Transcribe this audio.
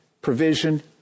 provision